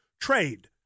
trade